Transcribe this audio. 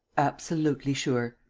absolutely sure.